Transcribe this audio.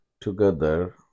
together